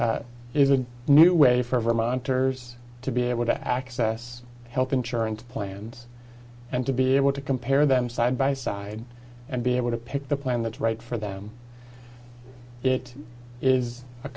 which is a new way for vermonters to be able to access health insurance plans and to be able to compare them side by side and be able to pick the plan that's right for them it is a